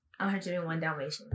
101